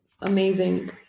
amazing